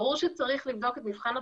ברור שצריך לבדוק את מבחן התוצאה,